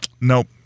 nope